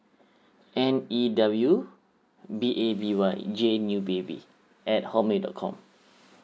N E W B A B Y jay new baby at hot mail dot com